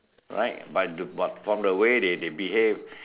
right but do but from the way they they behave